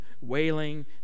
wailing